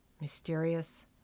mysterious